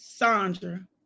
Sandra